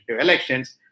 elections